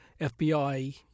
FBI